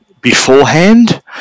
beforehand